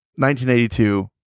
1982